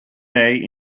day